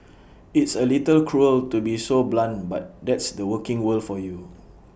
it's A little cruel to be so blunt but that's the working world for you